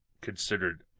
considered